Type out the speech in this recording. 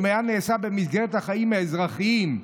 אם היה נעשה במסגרת החיים האזרחיים,